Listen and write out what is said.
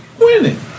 winning